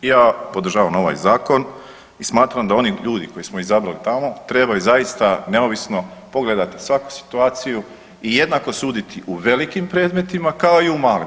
Ja podržavam ovaj zakon i smatram da oni ljudi koje smo izabrali tamo trebaju zaista neovisno pogledati svaku situaciju i jednako suditi u velikim predmetima kao i u malim.